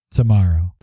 Tomorrow